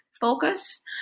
focus